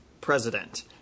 president